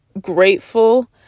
grateful